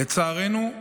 לצערנו,